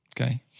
Okay